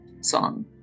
song